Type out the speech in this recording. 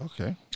Okay